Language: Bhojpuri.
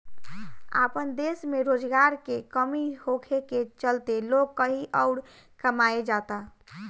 आपन देश में रोजगार के कमी होखे के चलते लोग कही अउर कमाए जाता